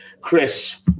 Chris